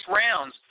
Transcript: rounds